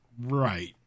Right